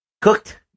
cooked